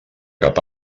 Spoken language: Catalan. cap